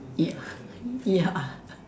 ya ya